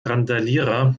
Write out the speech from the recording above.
randalierer